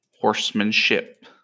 Horsemanship